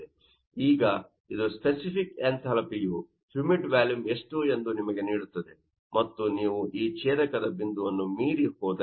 ಈಗ ಇದು ಸ್ಫೆಸಿಫಿಕ್ ಎಂಥಾಲ್ಪಿಯು ಹ್ಯೂಮಿಡ್ ವ್ಯಾಲುಮ್ ಎಷ್ಟು ಎಂದು ನಿಮಗೆ ನೀಡುತ್ತದೆ ಮತ್ತು ನೀವು ಈ ಛೇದಕ ಬಿಂದುವನ್ನು ಮೀರಿ ಹೋದರೆ